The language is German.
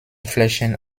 flächen